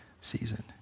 season